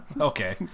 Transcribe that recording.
Okay